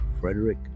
Frederick